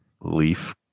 Leaf